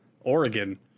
Oregon